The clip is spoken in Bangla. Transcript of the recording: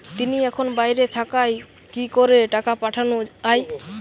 তিনি এখন বাইরে থাকায় কি করে টাকা পাঠানো য়ায়?